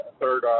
third